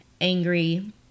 angry